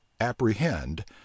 apprehend